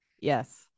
yes